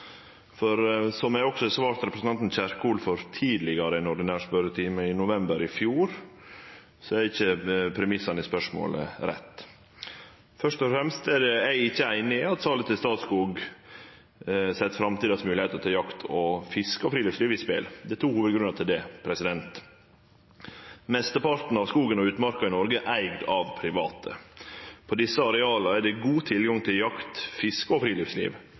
Som eg også tidlegare har svart representanten Kjerkol i den ordinære spørjetimen, i november i fjor, er ikkje premissane i spørsmålet rette. Først og fremst er eg ikkje einig i at salet til Statskog set dei framtidige moglegheitene til jakt, fiske og friluftsliv på spel. Det er to hovudgrunnar til det: Mesteparten av skogen og utmarka i Noreg er eigd av private. På desse areala er det god tilgang til jakt, fiske og friluftsliv,